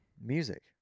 Music